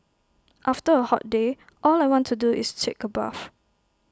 after A hot day all I want to do is take A bath